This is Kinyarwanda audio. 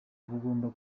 bugomba